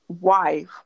wife